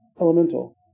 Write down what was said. Elemental